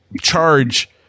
charge